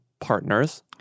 partners